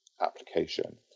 application